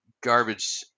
garbage